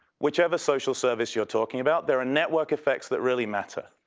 whichever social service you're talking about, there are network effects that really matter.